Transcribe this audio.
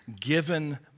given